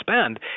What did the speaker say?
spend